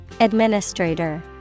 Administrator